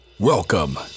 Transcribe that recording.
Welcome